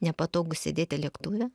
nepatogu sėdėti lėktuve